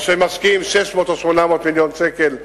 או שהם משקיעים 600 או 800 מיליון שקל בדרך.